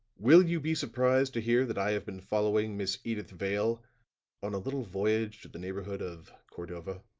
will you be surprised to hear that i have been following miss edyth vale on a little voyage to the neighborhood of cordova?